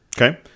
Okay